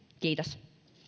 kiitos